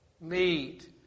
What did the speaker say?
meet